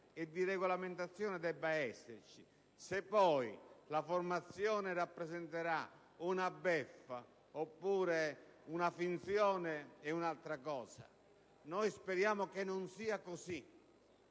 e di regolamentazione debba esserci. Se poi la formazione rappresenterà una beffa, oppure una finzione, questa è altra cosa. Noi speriamo che non sia così;